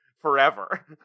forever